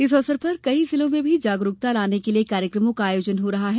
इस अवसर पर कई जिलों में भी जागरूकता लाने के लिये कार्यक्रमों का आयोजन हो रहा है